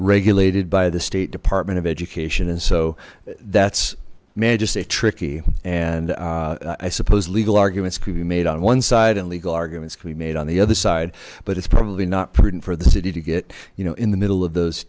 regulated by the state department of education and so that's managed us a tricky and i suppose legal arguments could be made on one side and legal arguments could be made on the other side but it's probably not prudent for the city to get you know in the middle of those